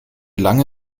lange